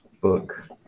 book